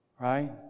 Right